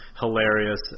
hilarious